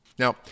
Now